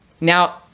Now